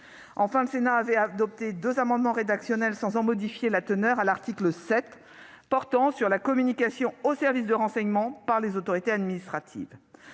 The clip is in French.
que le Sénat avait adopté deux amendements rédactionnels sans modifier la teneur de l'article 7 portant sur la communication d'informations aux services de renseignement par les autorités administratives,